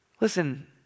Listen